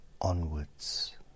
onwards